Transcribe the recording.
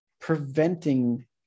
preventing